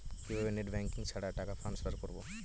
কিভাবে net banking ছাড়া টাকা টান্সফার করব?